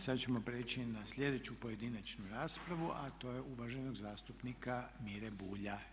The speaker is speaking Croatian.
Sad ćemo prijeći na sljedeću pojedinačnu raspravu, a to je uvaženog zastupnika Mire Bulja.